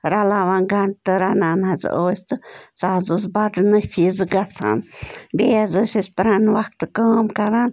رَلاوان گنٛڈٕ تہٕ رَنان حظ ٲسۍ تہٕ سُہ حظ اوس بَڑٕ نفیٖض گَژھان بیٚیہِ حظ ٲسۍ أسۍ پَرٛانہِ وقتہٕ کٲم کَران